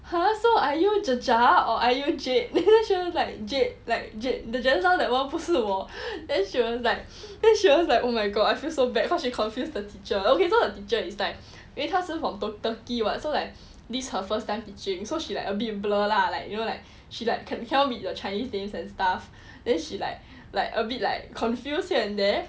!huh! so are you the jar jar or are you jade then she was like jade like jade that just now that [one] 不是我 then she was like then she was like oh my god I feel so bad cause she confuse the teacher okay so the teacher is like 因为它 from turkey [what] so like this her first time teaching so she like a bit blur lah like you know like she like cannot read the chinese names and stuff then she like like a bit like confused here and there